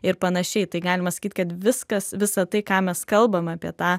ir panašiai tai galima sakyt kad viskas visa tai ką mes kalbam apie tą